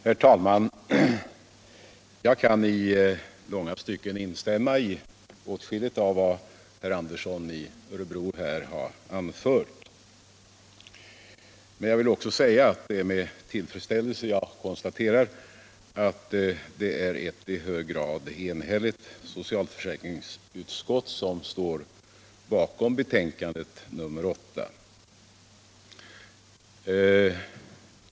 Herr talman! Jag kan i långa stycken instämma i vad herr Andersson i Örebro här har anfört, och det är med tillfredsställelse jag konstaterar att det är ett i hög grad enhälligt socialförsäkringsutskott som står bakom betänkandet nr 8.